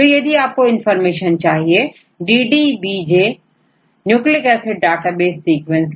तो यदि आपको इंफॉर्मेशन चाहिएDDBJ न्यूक्लिक एसिड डाटाबेस सीक्वेंस की